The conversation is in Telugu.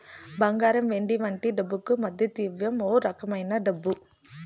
బంగారం వెండి వంటి డబ్బుకు మద్దతివ్వం ఓ రకమైన డబ్బు